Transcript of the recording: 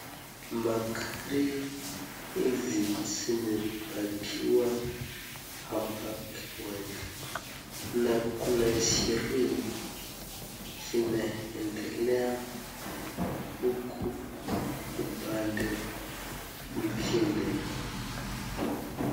Magari hizi zimepaki hapa kiwanja na Kuna sherehe zinaendea huku upande ingine.